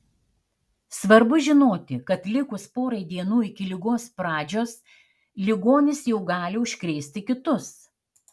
svarbu žinoti kad likus porai dienų iki ligos pradžios ligonis jau gali užkrėsti kitus